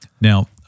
Now